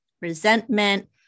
resentment